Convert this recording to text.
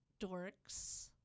dorks